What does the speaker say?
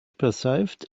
perceived